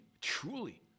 truly